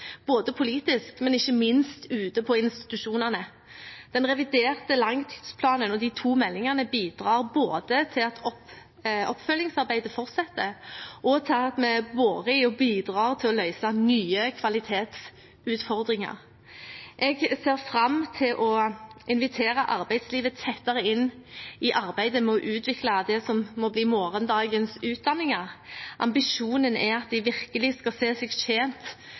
både politisk og ute på institusjonene. Den reviderte langtidsplanen og de to meldingene bidrar både til at oppfølgingsarbeidet fortsetter og til at vi borer i og bidrar til å løse nye kvalitetsutfordringer. Jeg ser fram til å invitere arbeidslivet tettere inn i arbeidet med å utvikle morgendagens utdanninger. Ambisjonen er at de virkelig skal se seg tjent